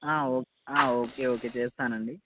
ఓ okay okay చేస్తానండి